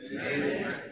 Amen